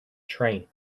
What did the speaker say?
train